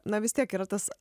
na vis tiek yra tas